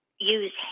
use